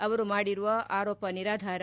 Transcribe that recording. ಅವರು ಮಾಡಿರುವ ಆರೋಪ ನಿರಾಧಾರ